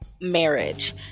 marriage